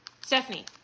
Stephanie